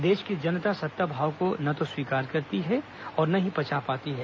देश की जनता सत्ताभाव को ना तो स्वीकार करती है और ना ही पचा पाती है